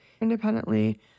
independently